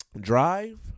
Drive